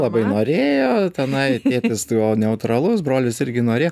labai norėjo tenai tėtis neutralus brolis irgi norėjo